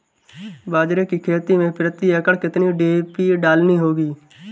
बाजरे की खेती में प्रति एकड़ कितनी डी.ए.पी डालनी होगी?